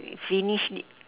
finish